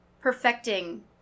perfecting